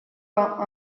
vingt